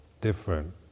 different